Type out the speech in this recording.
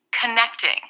connecting